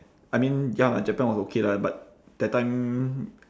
I mean ya japan was okay lah but that time